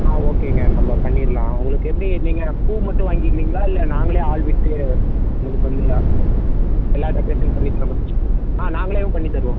ஆ ஓகேங்க நம்ப பண்ணிரலாம் உங்களுக்கு எப்படி பூ மட்டும் வாங்கிக்குறிங்ளா இல்லை நாங்களே ஆள் விட்டு உங்களுக்கு வந்து எல்லா டெக்கரேஷனும் பண்ணி தர்றமாதிரி நாங்களேவும் பண்ணி தருவோம்